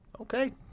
okay